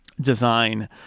design